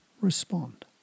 respond